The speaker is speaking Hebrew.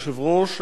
אדוני היושב-ראש,